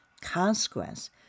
consequence